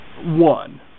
One